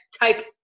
type